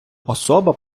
особа